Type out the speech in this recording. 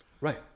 right